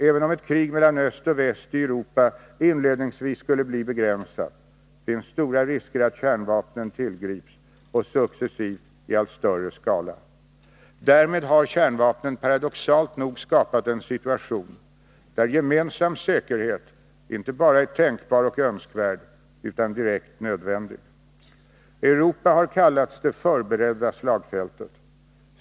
Även om ett krig mellan öst och väst i Europa inledningsvis skulle bli begränsat, finns stora risker att kärnvapnen tillgrips och successivt i allt större skala. Därmed har kärnvapnen paradoxalt nog skapat en situation där gemensam säkerhet inte bara är tänkbar och önskvärd utan direkt nödvändig. Europa har kallats det förberedda slagfältet.